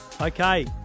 Okay